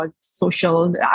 social